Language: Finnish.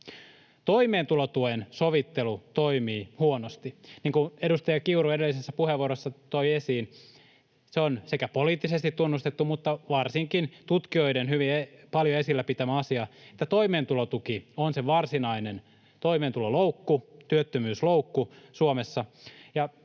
Toimeentulotuen sovittelu toimii huonosti. Niin kuin edustaja Kiuru edellisessä puheenvuorossa toi esiin, on sekä poliittisesti tunnustettu että varsinkin tutkijoiden hyvin paljon esillä pitämä asia, että toimeentulotuki on se varsinainen toimeentuloloukku, työttömyysloukku, Suomessa,